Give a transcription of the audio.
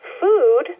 food